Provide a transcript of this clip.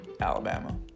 Alabama